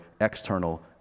external